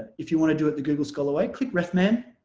if you want to do it the google scholar way click ref man